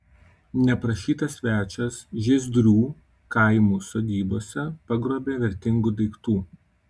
neprašytas svečias žiezdrių kaimų sodybose pagrobė vertingų daiktų